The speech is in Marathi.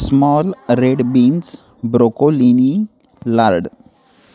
small red beans broccolini Lord